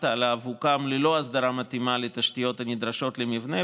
עליו הוקם ללא הסדרה מתאימה לתשתיות הנדרשות למבנה